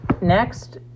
Next